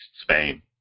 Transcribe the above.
Spain